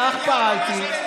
כך פעלתי,